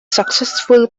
successful